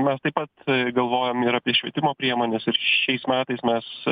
mes taip pat galvojom ir apie švietimo priemones ir šiais metais mes